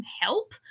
help